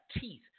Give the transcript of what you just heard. teeth